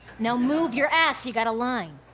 now, move your ass. you got a line.